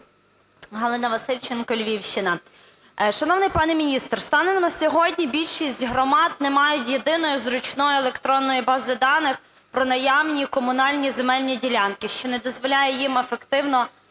Галина Васильченко, Львівщина. Шановний пане міністр, станом на сьогодні більшість громад не мають єдиної зручної електронної бази даних про наявні комунальні земельні ділянки, що не дозволяє їм ефективно розпоряджатися